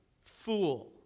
fool